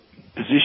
position